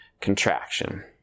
contraction